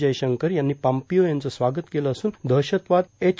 जयशंकर यांनी पाम्पीओ यांचं स्वागत केलं असून दहशतवाद एच